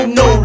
no